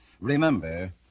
remember